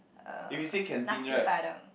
uh nasi-padang